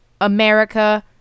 America